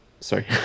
Sorry